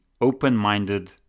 open-minded